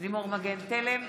לימור מגן תלם,